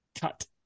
Cut